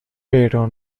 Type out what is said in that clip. pero